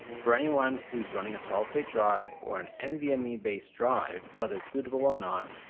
for anyone who's running a solid state drive or an nvme-based drive, whether it's bootable or not,